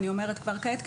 אני אומרת כבר כעת,